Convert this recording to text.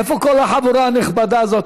איפה כל החבורה הנכבדה הזאת?